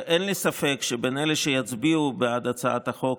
אין לי ספק שבין אלה שיצביעו בעד הצעת החוק